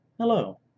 hello